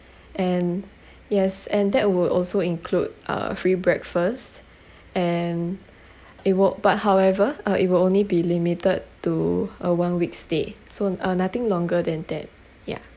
and yes and that will also include uh free breakfast and it will but however uh it will only be limited to a one week's stay so uh nothing longer than that yeah